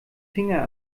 finger